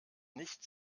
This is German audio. nicht